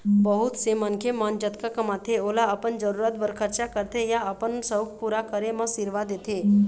बहुत से मनखे मन जतका कमाथे ओला अपन जरूरत बर खरचा करथे या अपन सउख पूरा करे म सिरवा देथे